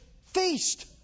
feast